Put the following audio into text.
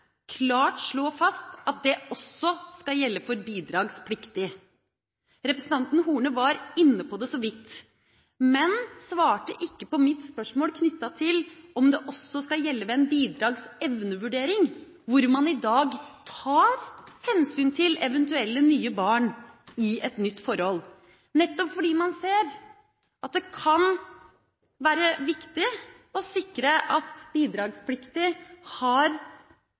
klart slå fast at det også skal gjelde for bidragspliktig. Representanten Horne var inne på det så vidt, men svarte ikke på mitt spørsmål knyttet til om det også skal gjelde ved bidragsevnevurdering, der man i dag tar hensyn til eventuelle nye barn i et nytt forhold, nettopp fordi man ser at det kan være viktig å sikre at bidragspliktig har